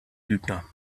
lügner